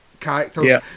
characters